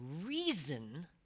reason